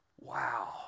wow